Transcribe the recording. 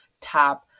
tap